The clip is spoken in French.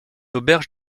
auberge